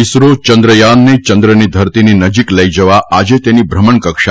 ઇસરો ચંદ્રયાનને ચંદ્રની ધરતીની નજીક લઇ જવા આજે તેની ભ્રમણકક્ષા